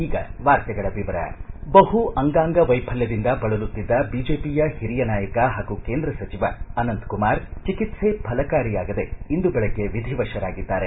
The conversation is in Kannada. ಈಗ ವಾರ್ತೆಗಳ ವಿವರ ಬಹು ಅಂಗಾಂಗ ವೈಫಲ್ಟದಿಂದ ಬಳಲುತ್ತಿದ್ದ ಬಿಜೆಪಿಯ ಹಿರಿಯ ನಾಯಕ ಹಾಗೂ ಕೇಂದ್ರ ಸಚಿವ ಅನಂತ ಕುಮಾರ್ ಅವರು ಚಿಕಿತ್ಸೆ ಫಲಕಾರಿಯಾಗದೆ ಇಂದು ಬೆಳಗ್ಗೆ ವಿಧಿವಶರಾಗಿದ್ದಾರೆ